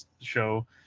show